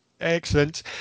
Excellent